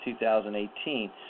2018